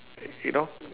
y~ you know